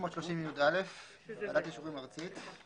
ועדת אישורים ארצית.